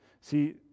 See